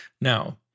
Now